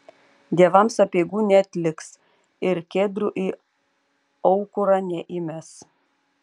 dievams apeigų neatliks ir kedrų į aukurą neįmes